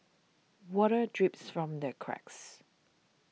water drips from the cracks